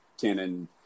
canon